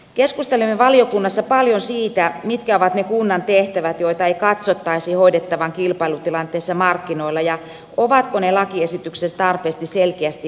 keskustelimme valiokunnassa paljon siitä mitkä ovat ne kunnan tehtävät joita ei katsottaisi hoidettavan kilpailutilanteessa markkinoilla ja ovatko ne lakiesityksessä tarpeeksi selkeästi määritellyt